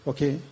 Okay